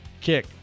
kick